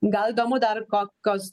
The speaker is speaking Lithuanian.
gal įdomu dar kokios